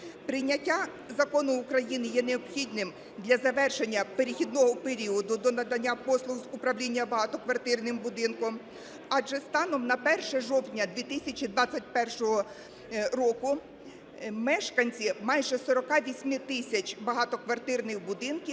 Прийняття Закону України є необхідним для завершення перехідного періоду до надання послуг з управління багатоквартирним будинком, адже станом на 1 жовтня 2021 року мешканці майже 48 тисяч багатоквартирних будинків